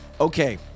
Okay